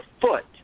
foot